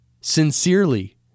sincerely